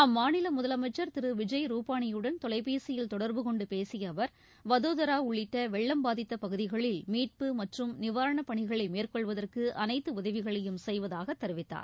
அம்மாநில முதலமைச்சர் திரு விஜய் ரூபானியுடன் தொலைபேசியில் தொடர்பு கொண்டு பேசிய அவர் வதோதரா உள்ளிட்ட வெள்ளம் பாதித்த பகுதிகளில் மீட்பு மற்றும் நிவாரணப் பணிகளை மேற்கொள்வதற்கு அனைத்து உதவிகளையும் செய்வதாகத் தெரிவித்தார்